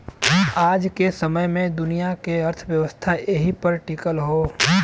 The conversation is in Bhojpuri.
आज के समय मे दुनिया के अर्थव्यवस्था एही पर टीकल हौ